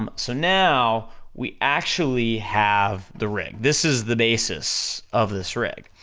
um so now, we actually have the rig, this is the basis of this rig.